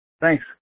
Thanks